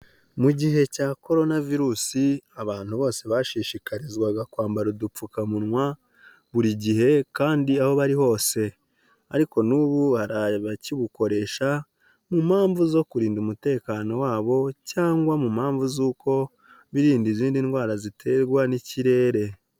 Mu gihe cya coronavirus, abantu bose bashishikarizwaga kwambara udupfukamunwa buri gihe kandi aho bari hose, ariko n'ubu hari abakibukoresha mu mpamvu zo kurinda umutekano wabo cyangwa mu mpamvu z'uko birinda izindi ndwara ziterwa n'ikirere.